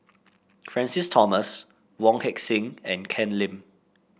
Francis Thomas Wong Heck Sing and Ken Lim